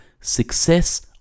success